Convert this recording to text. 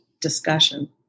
discussion